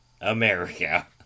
America